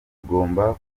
tugomba